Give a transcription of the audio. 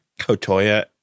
Kotoya